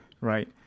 Right